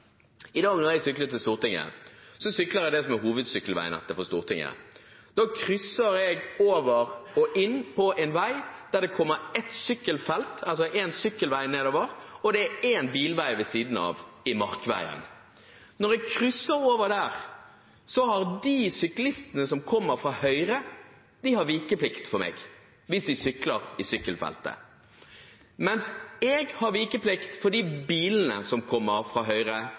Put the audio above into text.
I dag da jeg syklet til Stortinget, syklet jeg det som er hovedsykkelveinettet til Stortinget. Da krysser jeg over og kommer inn på Markveien, der det er en sykkelvei nedover og en bilvei ved siden av. Når jeg krysser der, har de syklistene som kommer fra høyre, vikeplikt for meg hvis de sykler i sykkelveien, mens jeg har vikeplikt for de bilene som kommer fra høyre